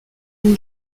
une